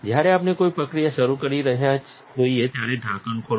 જ્યારે આપણે કોઈ પ્રક્રિયા શરૂ કરી રહ્યા હોઈએ ત્યારે ઢાંકણ ખોલો